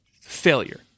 failure